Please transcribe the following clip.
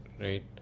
right